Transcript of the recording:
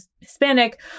Hispanic